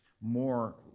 more